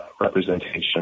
representation